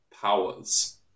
powers